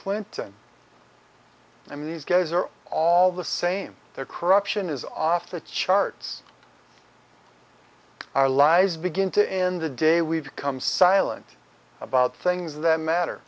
clinton i mean these guys are all the same their corruption is off the charts our lives begin to end the day we've become silent about things that matter